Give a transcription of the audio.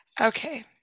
okay